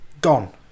gone